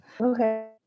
Okay